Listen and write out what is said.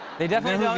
they definitely